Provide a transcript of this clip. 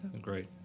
Great